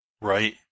Right